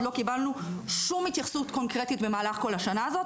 עוד לא קיבלנו שום התייחסות קונקרטית במהלך כל השנה הזאת.